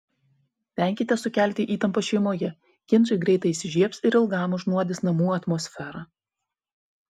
venkite sukelti įtampą šeimoje ginčai greitai įsižiebs ir ilgam užnuodys namų atmosferą